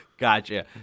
Gotcha